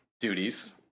duties